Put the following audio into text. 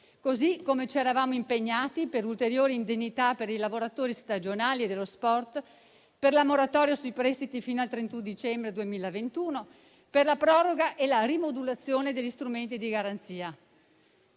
contempo, ci eravamo impegnati per ulteriori indennità per i lavoratori stagionali e dello sport, per la moratoria sui prestiti fino al 31 dicembre 2021, per la proroga e la rimodulazione degli strumenti di garanzia.